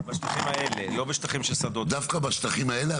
בשטחים האלה לא בשטחים של שדות --- דווקא בשטחים האלה?